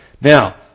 Now